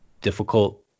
difficult